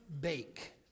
bake